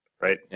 right